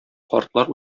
картлар